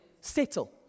settle